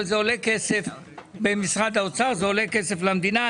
אבל זה עולה כסף במשרד האוצר, זה עולה כסף למדינה.